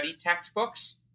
textbooks